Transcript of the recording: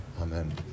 Amen